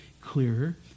clearer